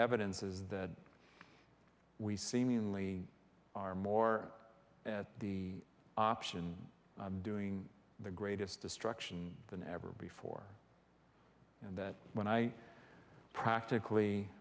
evidence is that we seemingly are more at the option of doing the greatest destruction than ever before and that when i practically